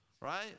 right